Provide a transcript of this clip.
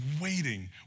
waiting